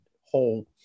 whole